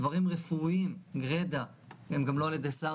דברים רפואיים גרידא הם גם לא על ידי שר